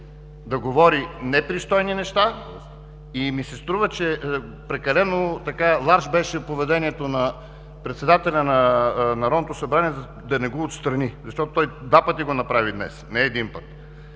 да говори непристойни неща и ми се струва, че прекалено ларж беше поведението на председателя на Народното събрание да не го отстрани, защото той два пъти го направи днес, не един път.